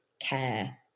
care